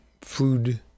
food